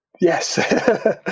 Yes